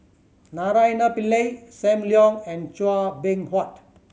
Naraina Pillai Sam Leong and Chua Beng Huat